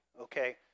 okay